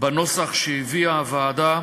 בנוסח שהביאה הוועדה.